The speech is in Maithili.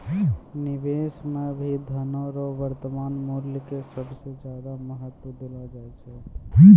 निवेश मे भी धनो रो वर्तमान मूल्य के सबसे ज्यादा महत्व देलो जाय छै